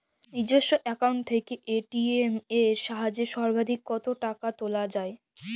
নিজস্ব অ্যাকাউন্ট থেকে এ.টি.এম এর সাহায্যে সর্বাধিক কতো টাকা তোলা যায়?